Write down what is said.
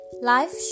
Life